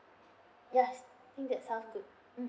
yes I think that sounds great